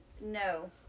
No